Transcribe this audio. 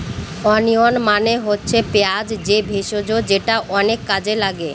onion মানে হচ্ছে পেঁয়াজ যে ভেষজ যেটা অনেক কাজে লাগে